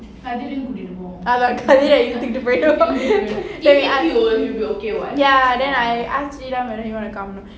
kathir ஐயும் கூட்டிட்டு போவோம்:aiyum kootitu povom ya then I ask sriram whether he want to come or not